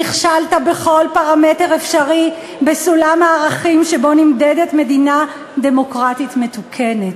נכשלת בכל פרמטר אפשרי בסולם הערכים שבו נמדדת מדינה דמוקרטית מתוקנת.